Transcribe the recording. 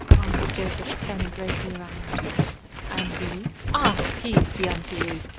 answered joseph, turning gravely around and you ah, peace be unto you!